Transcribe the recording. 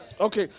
Okay